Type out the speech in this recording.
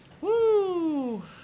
Woo